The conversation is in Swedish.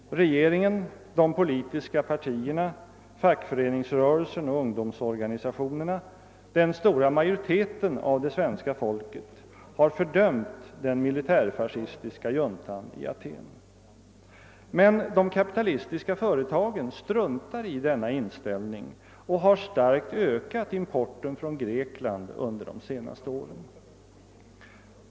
Regeringen, de politiska partierna, fackföreningsrörelsen och ungdomsorganisationerna, den stora majoriteten av det svenska folket, har fördömt den = militär-fascistiska juntan i Aten. Men de kapitalistiska företagen struntar i denna inställning och har starkt ökat importen från Grekland under de senaste åren.